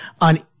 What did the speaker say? on